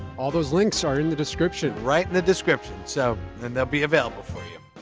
all those links are in the description. right in the description. so and they'll be available for you.